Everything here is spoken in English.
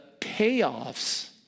payoffs